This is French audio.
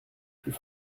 plus